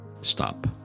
stop